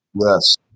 Yes